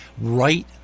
right